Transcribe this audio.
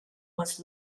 was